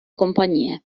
compagnie